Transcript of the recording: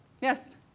Yes